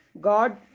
God